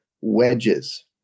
wedges